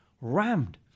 rammed